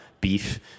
beef